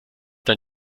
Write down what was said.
dein